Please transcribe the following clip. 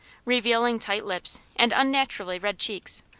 revealing tight lips and unnaturally red cheeks,